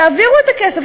תעבירו את הכסף,